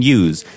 use